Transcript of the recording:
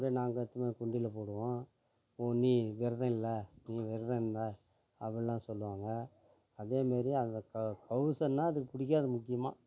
அப்படியே நாங்கள் எடுத்துன்னு போய் உண்டியலில் போடுவோம் ஓ நீ விரதம் இல்லை நீ விரதம் இல்லை அப்படிலாம் சொல்லுவாங்க அதேமாரி அந்த க கவுசன்னா அதுக்கு பிடிக்காது முக்கியமாக